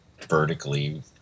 vertically